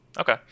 Okay